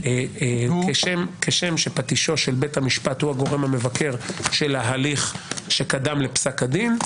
כשם שפטישו של בית המשפט הוא הגורם המבקר של ההליך שקדם לפסק הדין,